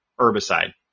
herbicide